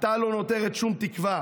"עתה לא נותרת שום תקווה,